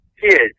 kids